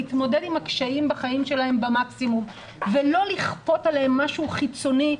להתמודד עם הקשיים בחיים שלהם במקסימום ולא לכפות עליהם משהו חיצוני,